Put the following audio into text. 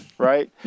Right